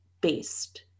based